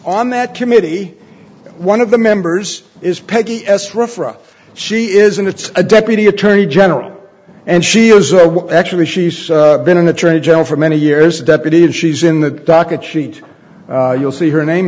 on that committee one of the members is peggy esraa from she is and it's a deputy attorney general and she actually she's been an attorney general for many years deputy and she's in the docket sheet you'll see her name